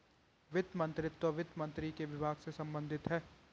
वित्त मंत्रीत्व वित्त मंत्री के विभाग से संबंधित है